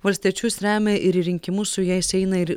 valstiečius remia ir į rinkimus su jais eina ir